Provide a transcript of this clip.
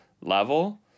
level